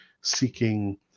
seeking